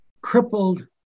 crippled